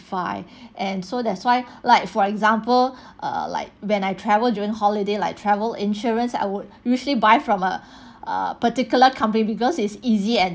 and so that's why like for example err like when I travel during holiday like travel insurance I would usually buy from a uh particular company because it's easy and